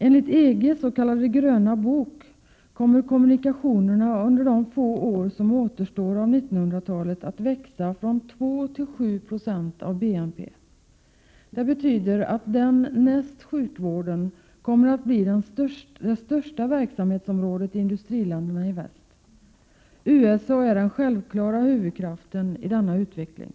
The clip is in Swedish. Enligt EG:s s.k. Gröna bok kommer kommunikationerna under de få år som återstår av 1900-talet att växa från 2 till 7 36 av BNP. Det betyder att de, näst sjukvården, kommer att bli det största verksamhetsområdet i industriländerna i väst. USA är den självklara huvudkraften i denna utveckling.